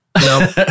No